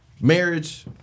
marriage